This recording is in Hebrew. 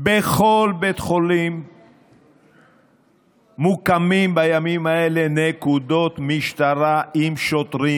בכל בית חולים מוקמת בימים אלו נקודת משטרה עם שוטרים.